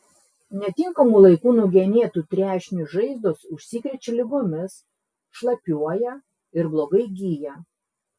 netinkamu laiku nugenėtų trešnių žaizdos užsikrečia ligomis šlapiuoja ir blogai gyja